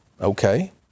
Okay